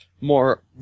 more